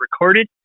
recorded